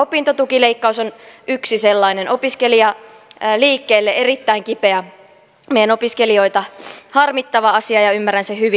opintotukileikkaus on yksi sellainen opiskelijaliikkeelle erittäin kipeä meidän opiskelijoita harmittava asia ja ymmärrän sen hyvin